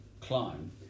climb